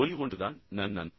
ஒலி ஒன்றுதான் நன் நன்